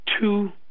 two